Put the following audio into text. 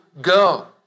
go